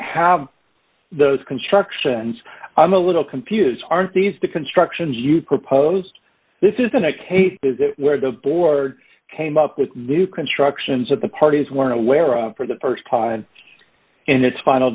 have those constructions i'm a little confused aren't these the constructions you proposed this isn't a case where the board came up with new constructions of the parties were aware of for the st time and its final